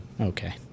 Okay